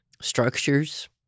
structures